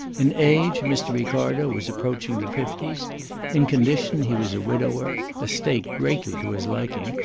in age mr. ricardo was approaching the fifties in condition he was a widower a state greatly to his liking,